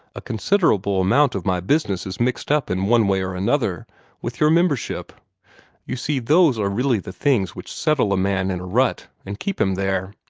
a considerable amount of my business is mixed up in one way or another with your membership you see those are really the things which settle a man in a rut, and keep him there.